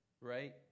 Right